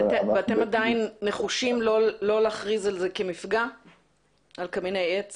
ואתם עדיין נחושים לא להכריז על קמיני עץ